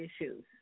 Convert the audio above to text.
issues